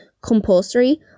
compulsory